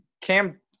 Cam